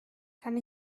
kann